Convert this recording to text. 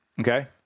Okay